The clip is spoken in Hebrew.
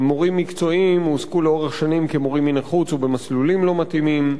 מורים מקצועיים הועסקו לאורך שנים כמורים מן החוץ ובמסלולים לא מתאימים.